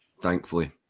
Thankfully